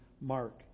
Mark